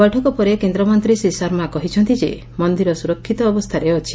ବୈଠକ ପରେ କେନ୍ଦ୍ରମନ୍ତୀ ଶର୍ମା କହିଛନ୍ତି ମନ୍ଦିର ସୁରକ୍ଷିତ ଅବସ୍ଚାରେ ଅଛି